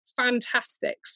fantastic